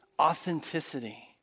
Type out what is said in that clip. authenticity